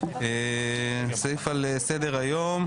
סעיף על סדר היום,